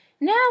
Now